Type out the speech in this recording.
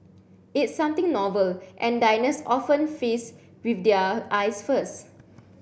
it's something novel and diners often feast with their eyes first